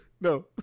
No